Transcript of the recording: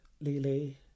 Lily